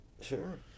Sure